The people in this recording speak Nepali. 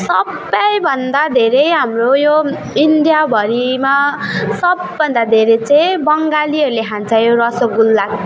सबभन्दा धेरै हाम्रो यो इन्डियाभरिमा सबभन्दा धेरै चाहिँ बङ्गालीहरूले खान्छ यो रसोगुल्ला